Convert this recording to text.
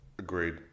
Agreed